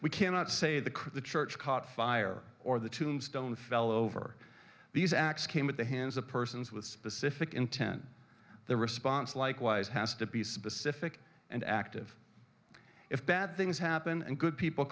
we cannot say the crew the church caught fire or the tombstone fell over these acts came at the hands of persons with specific intent their response likewise has to be specific and active if bad things happen and good people